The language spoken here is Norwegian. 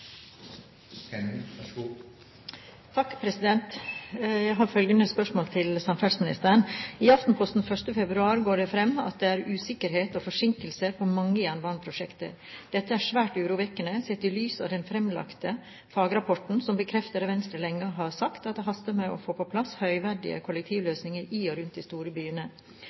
til samferdselsministeren: «I Aftenposten 1. februar går det frem at det er usikkerhet og forsinkelser på mange jernbaneprosjekter. Dette er svært urovekkende sett i lys av den fremlagte fagrapporten som bekrefter det Venstre lenge har sagt, at det haster med å få på plass høyverdige kollektivløsninger i og rundt de store